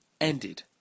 ended